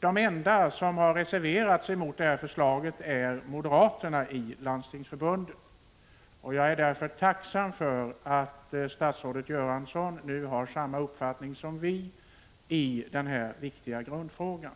De enda i Landstingsförbundet som har reserverat sig mot detta förslag är moderaterna. Jag är därför tacksam för att statsrådet Göransson nu har samma uppfattning som vi i denna viktiga grundfråga.